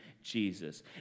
Jesus